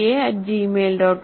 com